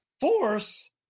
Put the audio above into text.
Force